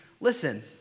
listen